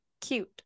cute